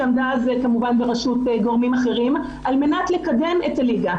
שעמדה אז כמובן בראשות גורמים אחרים על מנת לקדם את הליגה.